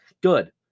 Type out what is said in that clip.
Good